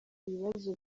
ibibazo